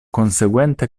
conseguente